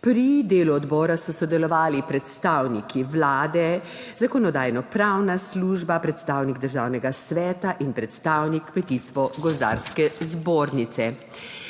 Pri delu odbora so sodelovali predstavniki Vlade, Zakonodajno-pravna služba, predstavnik Državnega sveta in predstavnik Kmetijsko gozdarske zbornice.